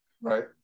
right